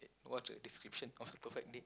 what's your description of a perfect date